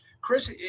Chris